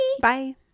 bye